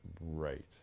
right